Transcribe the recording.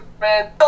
man